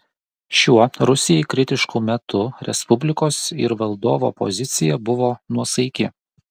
šiuo rusijai kritišku metu respublikos ir valdovo pozicija buvo nuosaiki